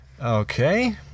okay